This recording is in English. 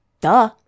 duh